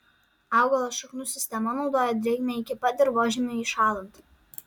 augalo šaknų sistema naudoja drėgmę iki pat dirvožemiui įšąlant